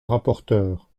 rapporteur